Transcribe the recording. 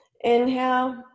Inhale